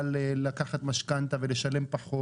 לפחות חלקית מגבלת שליש הפריים.